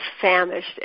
famished